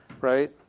right